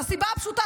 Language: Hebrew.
מהסיבה הפשוטה,